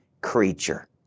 creature